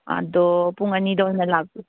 ꯑꯗꯣ ꯄꯨꯡ ꯑꯅꯤꯗ ꯑꯣꯏꯅ ꯂꯥꯛꯄꯤꯌꯨ